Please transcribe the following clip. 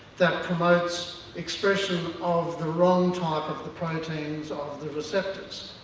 that promotes expression of the wrong type of the proteins of the receptors.